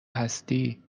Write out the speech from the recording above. هستی